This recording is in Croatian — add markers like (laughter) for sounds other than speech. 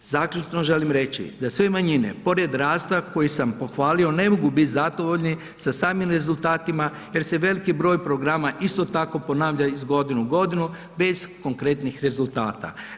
Zaključno želim reći da sve manjine pored ... (unintelligible) koji sam pohvalio ne mogu biti zadovoljni sa samim rezultatima jer se veliki broj programa isto tako ponavlja iz godine u godinu bez konkretnih rezultata.